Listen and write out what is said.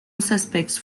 suspects